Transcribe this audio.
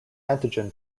antigen